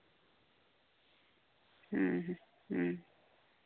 ᱦᱩᱸ ᱦᱩᱸ